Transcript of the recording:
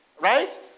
Right